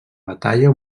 batalla